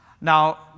Now